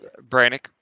Brannick